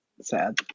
sad